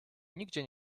nigdzie